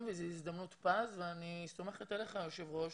וזאת הזדמנות פז ואני סומכת עליך היושב ראש,